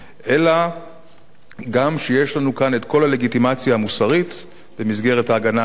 אלא שגם יש לנו כאן כל הלגיטימציה המוסרית במסגרת ההגנה העצמית,